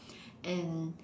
and